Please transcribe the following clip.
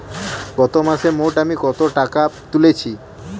গত মাসে মোট আমি কত টাকা তুলেছি?